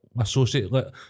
associate